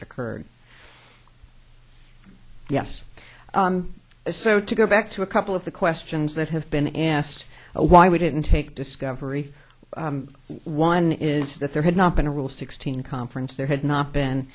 it occurred yes so to go back to a couple of the questions that have been asked why we didn't take discovery one is that there had not been a rule sixteen conference there had not been